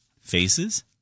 faces